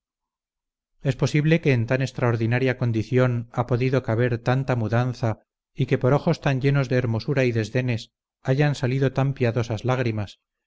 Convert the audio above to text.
es posible que en tan extraordinaria condición ha podido caber tanta mudanza y que por ojos tan llenos de hermosura y desdenes hayan salido tan piadosas lágrimas